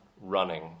running